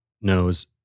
knows